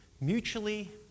mutually